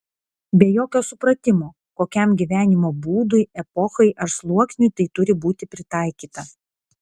be jokio supratimo kokiam gyvenimo būdui epochai ar sluoksniui tai turi būti pritaikyta